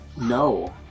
No